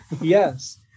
Yes